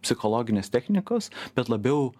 psichologinės technikos bet labiau